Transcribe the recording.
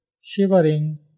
shivering